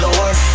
Lord